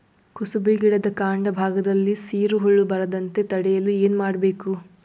ಕುಸುಬಿ ಗಿಡದ ಕಾಂಡ ಭಾಗದಲ್ಲಿ ಸೀರು ಹುಳು ಬರದಂತೆ ತಡೆಯಲು ಏನ್ ಮಾಡಬೇಕು?